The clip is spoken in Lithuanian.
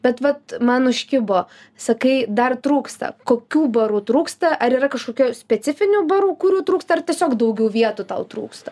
bet vat man užkibo sakai dar trūksta kokių barų trūksta ar yra kažkokio specifinių barų kurių trūksta ar tiesiog daugiau vietų tau trūksta